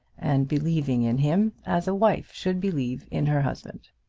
and believing in him as a wife should believe in her husband.